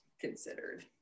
considered